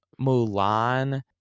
mulan